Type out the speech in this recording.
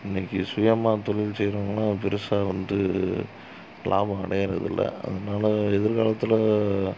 இன்னைக்கி சுயமாக தொழில் செய்யிறவங்கள்லாம் பெருசாக வந்து லாபம் அடைகிறதில்ல அதனால எதிர்காலத்தில்